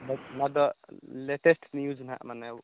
ᱵᱮᱥ ᱚᱱᱟ ᱫᱚ ᱞᱮᱴᱮᱥ ᱱᱤᱭᱩᱡ ᱱᱟᱦᱟᱜ ᱢᱟᱱᱮ